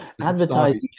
Advertising